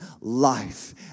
life